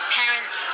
parents